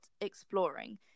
exploring